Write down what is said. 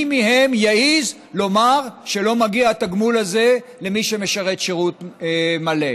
מי מהם יעז לומר שלא מגיע התגמול הזה למי שמשרת שירות מלא?